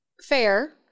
Fair